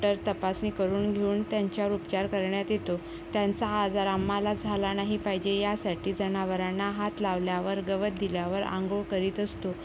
doctor तपासणी करून घेऊन त्यांच्यावर उपचार करण्यात येतो त्यांचा हा आजार आम्हाला झाला नाही पाहिजे यासाठी जनावरांना हात लावल्यावर गवत दिल्यावर आंघोळ करीत असतो